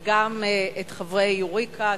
וגם את חברי "יוריקה",